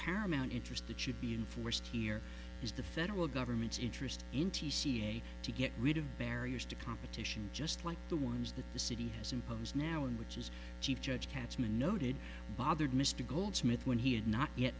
paramount interest that should be enforced here is the federal government's interest in t c a to get rid of barriers to competition just like the ones that the city has imposed now and which is chief judge cashman noted bothered mr goldsmith when he had not yet